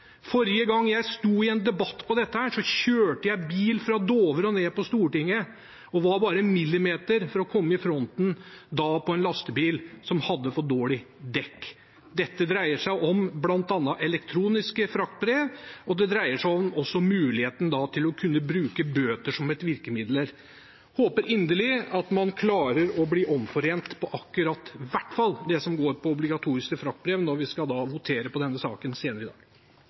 Forrige gang jeg sto i en debatt om dette, kjørte jeg bil fra Dovre og ned til Stortinget og var bare millimeter fra fronten på en lastebil som hadde for dårlige dekk. Dette dreier seg om bl.a. elektroniske fraktbrev, og det dreier seg om muligheten til å kunne bruke bøter som et virkemiddel. Jeg håper inderlig at man klarer å bli omforent om i hvert fall det som går på obligatoriske fraktbrev, når vi skal votere i denne saken senere i dag.